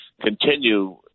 continue